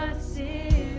say